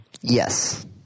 Yes